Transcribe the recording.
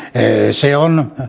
se on